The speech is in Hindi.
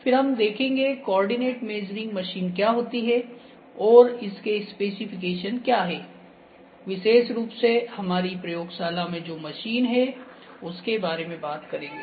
फिर हम देखेंगे कोआर्डिनेट मेजरिंग मशीन क्या होती है और इसके स्पेसिफिकेशन क्या है विशेष रूप से हमारी प्रयोगशाला में जो मशीन है उसके बारे में बात करेंगे